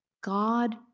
God